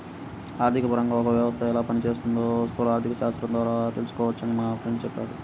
ఆర్థికపరంగా ఒక వ్యవస్థ ఎలా పనిచేస్తోందో స్థూల ఆర్థికశాస్త్రం ద్వారా తెలుసుకోవచ్చని మా ఫ్రెండు చెప్పాడు